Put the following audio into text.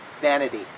vanity